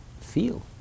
feel